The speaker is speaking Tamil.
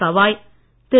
கவாய் திரு